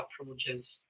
approaches